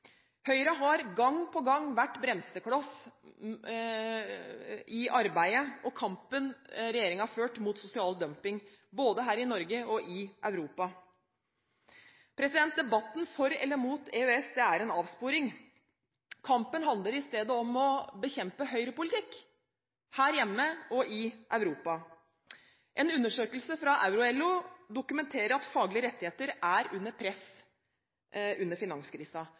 Høyre har gang på gang vært bremsekloss i arbeidet med og i kampen regjeringen har ført mot sosial dumping, både her i Norge og i Europa. Debatten for eller imot EØS er en avsporing. Kampen handler i stedet om å bekjempe høyrepolitikk her hjemme og i Europa. En undersøkelse fra Euro-LO dokumenterer at faglige rettigheter er under press under